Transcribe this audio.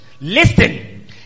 Listen